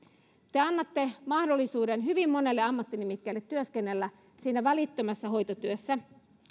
te annatte mahdollisuuden hyvin monella ammattinimikkeellä työskennellä siinä välittömässä hoitotyössä